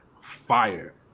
fire